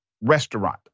restaurant